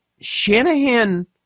Shanahan